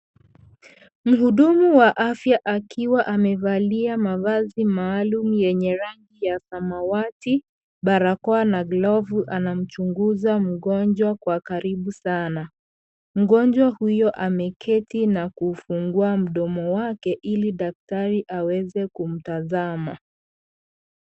Mhudumu wa afya akiwa amevalia mavazi maalum yenye rangi ya samawati, barakoa na glavu anamchunguza mgonjwa kwa karibu sana. Mgonjwa huyo ameketi na kufungua mdomo wake ili daktari aweze kumtazama.